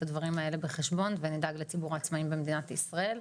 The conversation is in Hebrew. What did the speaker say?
הדברים האלה בחשבון ונדאג לציבור העצמאים במדינת ישראל.